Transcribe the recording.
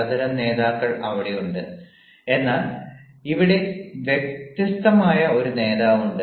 പലതരം നേതാക്കൾ അവിടെയുണ്ട് എന്നാൽ ഇവിടെ വ്യത്യസ്തമായ ഒരു നേതാവുണ്ട്